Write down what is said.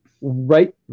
right